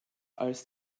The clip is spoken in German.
als